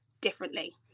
differently